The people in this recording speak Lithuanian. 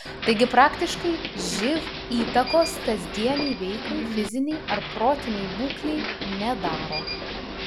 taigi praktiškai živ įtakos kasdienei veiklai fizinei ar protinei būklei nedaro